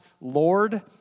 Lord